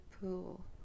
pool